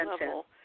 level